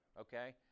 okay